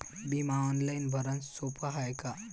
बिमा ऑनलाईन भरनं सोप हाय का?